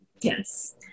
Yes